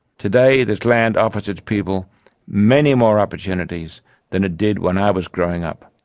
today this land offers its people many more opportunities than it did when i was growing up.